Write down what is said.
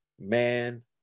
man